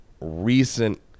recent